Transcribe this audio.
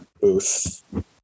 booth